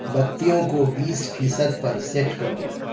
بتیوں کو بیس فیصد پر سیٹ کرو